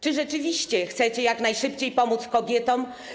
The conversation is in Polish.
Czy rzeczywiście chcecie jak najszybciej pomóc kobietom?